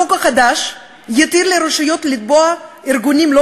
החוק החדש יתיר לרשויות לתבוע ארגונים לא